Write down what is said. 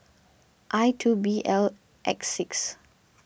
I two B L X six